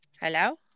Hello